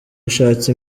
ushatse